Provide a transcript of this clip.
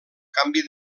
canvi